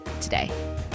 today